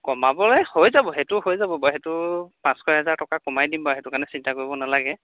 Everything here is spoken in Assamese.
কমাবলৈ হৈ যাব সেইটো হৈ যাব বাৰু সেইটো পাঁচশ এহেজাৰ টকা কমাই দিম বাৰু সেইটো কাৰণে চিন্তা কৰিব নালাগে